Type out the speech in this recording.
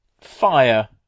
Fire